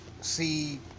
See